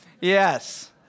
Yes